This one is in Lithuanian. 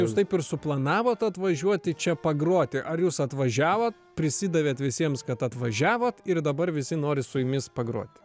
jūs taip ir suplanavot atvažiuoti čia pagroti ar jūs atvažiavot prisidavėt visiems kad atvažiavot ir dabar visi nori su jumis pagrot